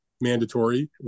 mandatory